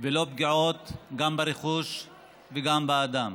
ולא פגיעות גם ברכוש וגם באדם.